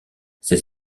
ses